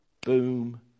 boom